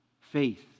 faith